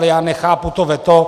Já nechápu to veto.